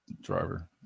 driver